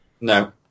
No